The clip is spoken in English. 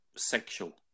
Sexual